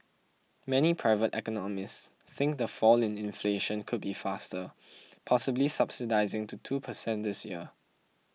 many private economists think the fall in inflation could be faster possibly subsiding to two per cent this year